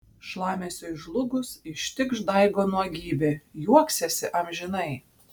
šlamesiui žlugus ištikš daigo nuogybė juoksiesi amžinai